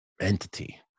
entity